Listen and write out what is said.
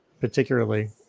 Particularly